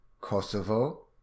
Kosovo